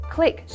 Click